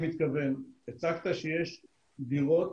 הצגת שיש דירות